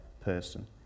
person